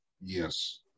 Yes